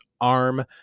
arm